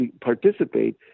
participate